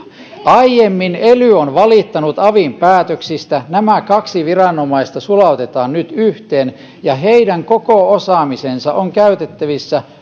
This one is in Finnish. aiemmin ely on valittanut avin päätöksistä nämä kaksi viranomaista sulautetaan nyt yhteen ja heidän koko osaamisensa on käytettävissä